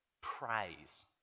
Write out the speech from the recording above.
Praise